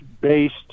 based